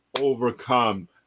overcome